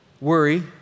Worry